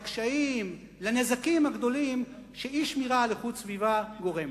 לקשיים ולנזקים הגדולים שאי-שמירה על איכות הסביבה גורמת.